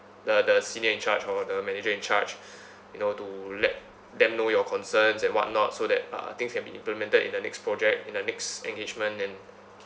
the the senior in charge or the manager in charge you know to let them know your concerns and what not so that uh things can be implemented in the next project in the next engagement and